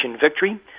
victory